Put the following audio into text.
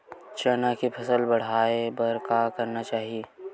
चना के फसल बढ़ाय बर का करना चाही?